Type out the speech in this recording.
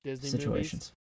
situations